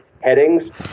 headings